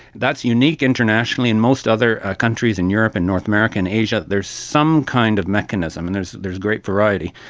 that's unique internationally. in most other countries, in europe and north america and asia, there is some kind of mechanism, and there is great variety,